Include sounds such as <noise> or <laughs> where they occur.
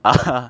uh <laughs>